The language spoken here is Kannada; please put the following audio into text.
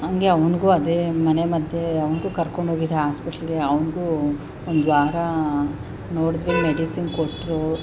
ಹಾಗೆ ಅವ್ನಿಗೂ ಅದೇ ಮನೆ ಮದ್ದೇ ಅವ್ನಿಗೂ ಕರ್ಕೊಂಡು ಹೋಗಿದ್ದೆ ಹಾಸ್ಪಿಟಲ್ಗೆ ಅವನಿಗೂ ಒಂದು ವಾರ ನೋಡಿದ್ವಿ ಮೆಡಿಸಿನ್ ಕೊಟ್ಟರು